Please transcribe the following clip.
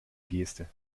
geste